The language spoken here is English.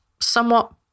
somewhat